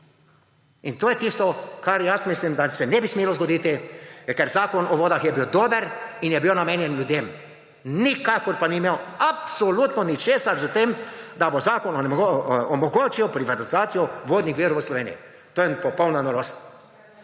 In to je tisto, za kar jaz mislim, da se ne bi smelo zgoditi, ker Zakon o vodah je bil dober in je bil namenjen ljudem. Nikakor pa ni imel absolutno ničesar s tem, da bo zakon omogočil privatizacijo vodnih virov v Sloveniji. To je popolna norost.